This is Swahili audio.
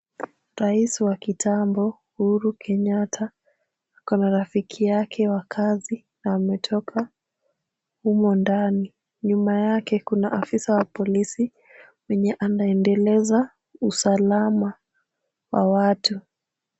Rais wa kitambo, Uhuru Kenyetta wako na rafiki wake wa kazi, wametoka humo ndani. Nyuma yake, kuna afisa wa polisi mwenye anaendeleza usalama wa watu.